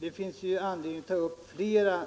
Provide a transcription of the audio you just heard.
Det finns anledning att ta upp flera